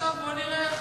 ועכשיו בוא נראה איך,